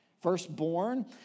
firstborn